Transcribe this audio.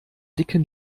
dicken